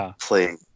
playing